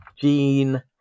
Gene